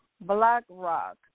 BlackRock